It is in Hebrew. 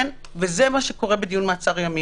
כן, וזה מה שקורה בדיון מעצר ימים.